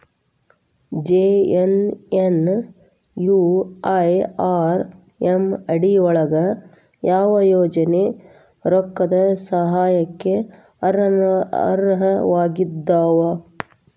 JNNURM ಅಡಿ ಯೊಳಗ ಯಾವ ಯೋಜನೆ ರೊಕ್ಕದ್ ಸಹಾಯಕ್ಕ ಅರ್ಹವಾಗಿದ್ವು?